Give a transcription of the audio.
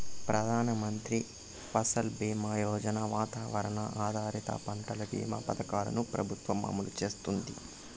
ప్రధాన మంత్రి ఫసల్ బీమా యోజన, వాతావరణ ఆధారిత పంటల భీమా పథకాలను ప్రభుత్వం అమలు చేస్తాంది